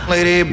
Lady